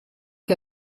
che